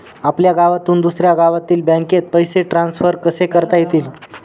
आपल्या गावातून दुसऱ्या गावातील बँकेत पैसे ट्रान्सफर कसे करता येतील?